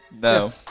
No